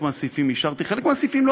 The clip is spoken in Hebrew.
חלק מהסעיפים אישרתי,